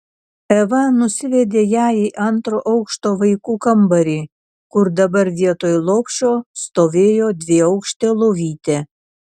eva nusivedė ją į antro aukšto vaikų kambarį kur dabar vietoj lopšio stovėjo dviaukštė lovytė